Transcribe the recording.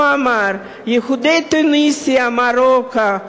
הוא אמר: יהודי תוניסיה, מרוקו,